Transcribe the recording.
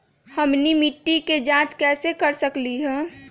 हमनी के मिट्टी के जाँच कैसे कर सकीले है?